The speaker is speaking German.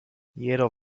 jeder